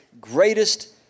greatest